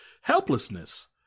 helplessness